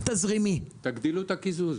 תגדילו את הקיזוז.